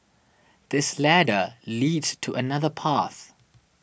this ladder leads to another path